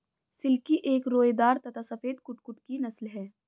silkie एक रोएदार तथा सफेद कुक्कुट की नस्ल है